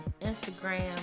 Instagram